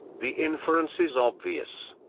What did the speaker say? the inference is obvious.